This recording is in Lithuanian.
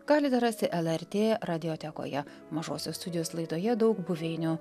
galite rasti lrt radijotekoje mažosios studijos laidoje daug buveinių